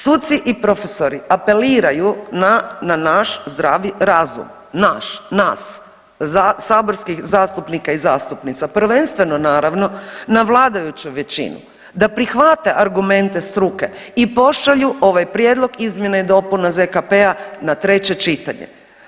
Suci i profesori apeliraju na naš zdravi razum, naš, nas, saborskih zastupnika i zastupnica, prvenstveno naravno na vladajuću većinu da prihvate argumente struke i pošalju ovaj prijedlog izmjena i dopuna ZKP-a na treće čitanje.